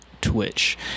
Twitch